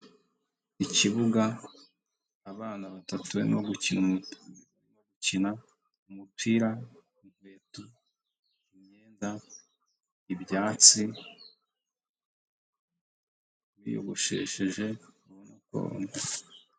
Ikibuga abana batatu barimo gukina umu bakina umupira inkweto imyenda ibyatsi biyogoshesheje umugongo.